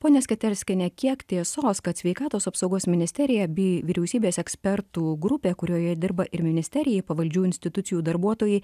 ponia sketerskiene kiek tiesos kad sveikatos apsaugos ministerija bei vyriausybės ekspertų grupė kurioje dirba ir ministerijai pavaldžių institucijų darbuotojai